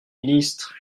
ministre